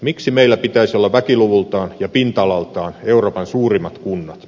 miksi meillä pitäisi olla väkiluvultaan ja pinta alaltaan euroopan suurimmat kunnat